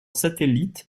satellite